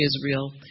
Israel